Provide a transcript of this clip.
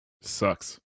Sucks